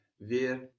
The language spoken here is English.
Wir